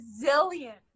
resilient